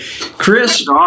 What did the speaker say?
Chris